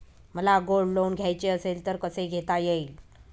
मला gold loan घ्यायचे असेल तर कसे घेता येईल?